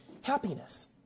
Happiness